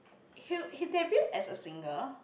he'll he debut as a singer